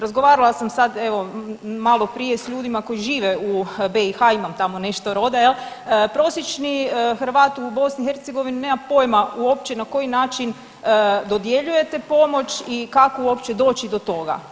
Razgovarala sad evo maloprije s ljudima koji žive u BiH, imam tamo nešto roda jel, prosječni Hrvat u BiH nema pojima uopće na koji način dodjeljujete pomoć i kako uopće doći do toga.